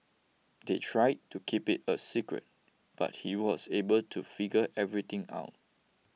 they tried to keep it a secret but he was able to figure everything out